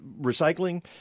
recycling